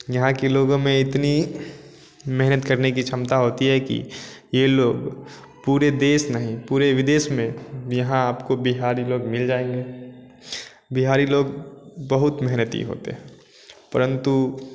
यहाँ के लोगों में इतनी मेहनत करने की क्षमता होती है कि यह लोग पूरे देश नहीं पूरे विदेश में यहाँ आपको बिहारी लोग मिल जाएँगे बिहारी लोग बहुत मेहनती होते हैं परंतु